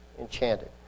enchanted